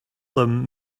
them